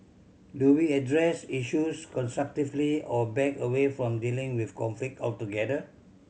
do we address issues constructively or back away from dealing with conflict altogether